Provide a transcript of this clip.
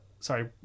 Sorry